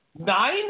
nine